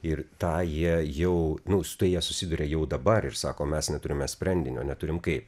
ir tą jie jau nu su tai jie susiduria jau dabar ir sako mes neturime sprendinio neturim kaip